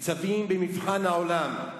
ניצבות במבחן העולם.